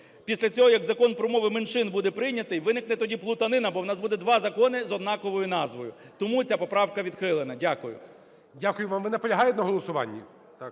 Після цього, як Закон про мови меншин буде прийнятий, виникне тоді плутанина, бо в нас буде 2 закони з однаковою назвою. Тому ця поправка відхилена. Дякую. ГОЛОВУЮЧИЙ. Дякую вам. Ви наполягаєте на голосуванні?